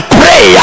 pray